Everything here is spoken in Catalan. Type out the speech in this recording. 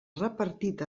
repartit